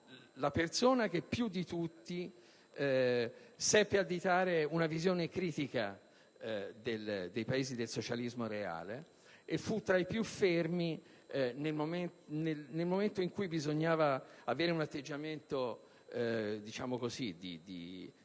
la persona che più di tutte seppe additare una visione critica dei Paesi del socialismo reale e fu tra i più fermi nel momento in cui bisognava avere un atteggiamento di critica